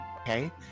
okay